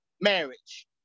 marriage